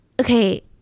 okay